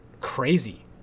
crazy